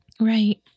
Right